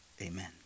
amen